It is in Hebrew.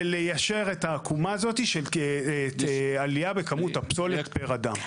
וליישר את העקומה הזאת של עלייה בכמות הפסולת עבור כל אדם ואדם.